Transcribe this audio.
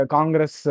Congress